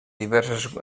diverses